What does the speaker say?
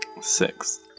Six